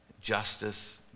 justice